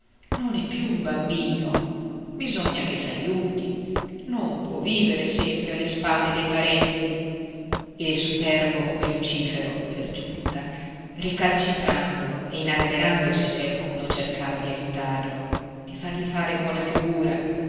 non è più un bambino bisogna che s'aiuti non può vivere sempre alle spalle dei parenti e superbo come lucifero per giunta ricalcitrando e inalberandosi se alcuno cercava di aiutarlo di fargli fare buona figura